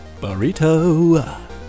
burrito